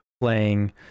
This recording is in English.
playing